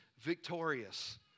victorious